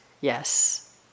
Yes